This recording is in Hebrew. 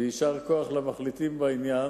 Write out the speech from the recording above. ויישר כוח למחליטים בעניין.